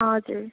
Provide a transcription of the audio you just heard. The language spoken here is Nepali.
हजुर